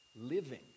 Living